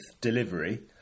delivery